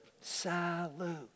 Salute